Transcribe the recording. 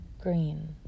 green